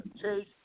chase